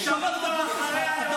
שבוע אחרי האירועים הייתם כמו פרצוף,